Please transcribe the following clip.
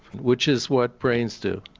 which is what brains do.